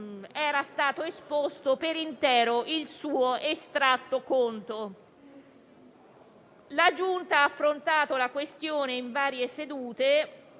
era stato esposto per intero il suo estratto conto. La Giunta ha affrontato la questione in varie sedute